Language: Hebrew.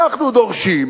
אנחנו דורשים